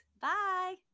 bye